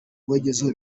rwagezeho